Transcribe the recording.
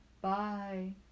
Bye